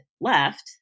left